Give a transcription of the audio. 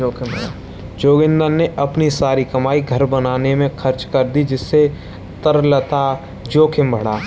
जोगिंदर ने अपनी सारी कमाई घर बनाने में खर्च कर दी जिससे तरलता जोखिम बढ़ा